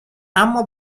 اما